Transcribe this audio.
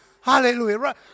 Hallelujah